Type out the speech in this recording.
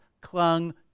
clung